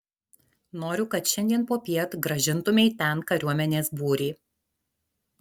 noriu kad šiandien popiet grąžintumei ten kariuomenės būrį